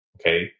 okay